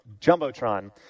Jumbotron